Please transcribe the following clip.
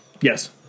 Yes